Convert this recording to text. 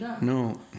No